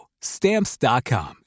Stamps.com